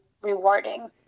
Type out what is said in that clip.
rewarding